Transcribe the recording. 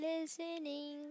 listening